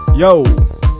Yo